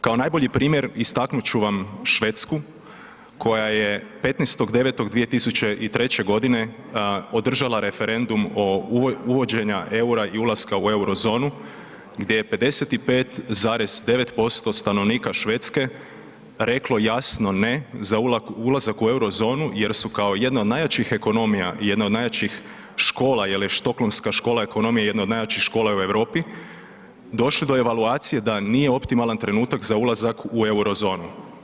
Kao najbolji primjer istaknut ću vam Švedsku koja je 15.9.2003. godine održala referendum o, uvođenja EUR-a i ulaska u euro zonu gdje je 55,9% stanovnika Švedske reklo jasno ne za ulazak u euro zonu jer su kao jedna od najjačih ekonomija i jedna od najjačih škola jer je stockholmska škola ekonomije jedna od najjačih škola u Europi došli do evaluacije da nije optimalan trenutak za ulazak u euro zonu.